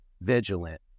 vigilant